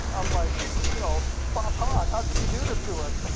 i'm like you know boss hogg, how could you do this to us?